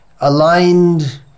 aligned